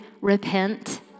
repent